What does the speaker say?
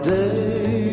day